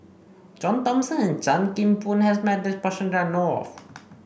John Thomson and Chan Kim Boon has met this person that I know of